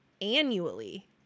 annually